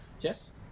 Yes